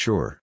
Sure